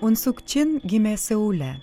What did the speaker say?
unsuk čin gimė seule